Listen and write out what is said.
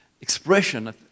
expression